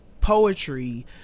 poetry